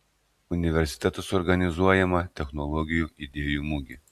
universitetas organizuojama technologijų idėjų mugė